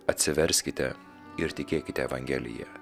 atsiverskite ir tikėkite evangelija